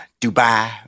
Dubai